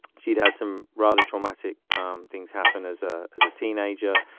she'd had some rather traumatic um things happen as a as a teenager.